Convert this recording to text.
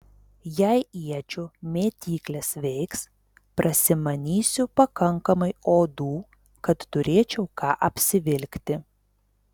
jei iečių mėtyklės veiks prasimanysiu pakankamai odų kad turėčiau ką apsivilkti